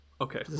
Okay